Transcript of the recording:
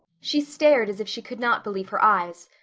she stared as if she could not believe her eyes.